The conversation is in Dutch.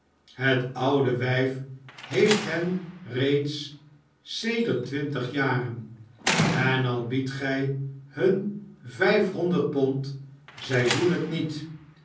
het oude wijf heeft hen reeds sedert twintig jaren en al biedt gij hun vijfhonderd pond zij doen het niet